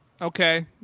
okay